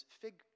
fig